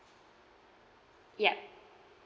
ya